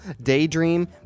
Daydream